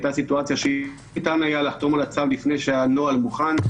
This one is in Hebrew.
הייתה סיטואציה שלא ניתן היה לחתום על הצו לפני שהנוהל מוכן.